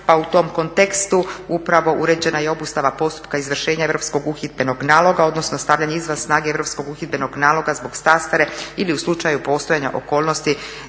pa u tom kontekstu upravo uređena je i obustava postupka izvršenja Europskog uhidbenog naloga, odnosno stavljanje izvan snage Europskog uhidbenog naloga zbog zastare ili u slučaju postojanja okolnosti